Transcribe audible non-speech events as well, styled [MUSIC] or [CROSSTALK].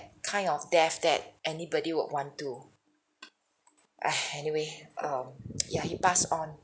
kind of death that anybody would want to ah anyway um [NOISE] ya he passed on